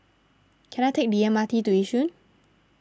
can I take the M R T to Yishun